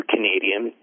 Canadian